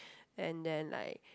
and then like